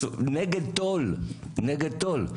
נגד תו"ל, נגד תו"ל,